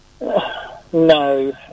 No